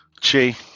chi